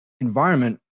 environment